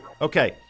Okay